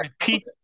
repeat